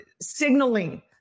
signaling